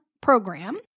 program